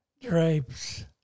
drapes